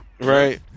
right